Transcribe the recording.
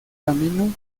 camino